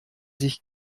sich